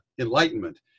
Enlightenment